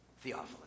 Theophilus